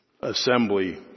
assembly